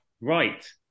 Right